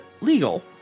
legal